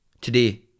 today